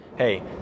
Hey